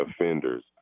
offenders